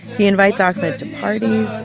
he invites ahmed to parties